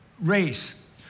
race